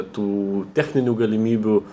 tų techninių galimybių